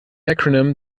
acronym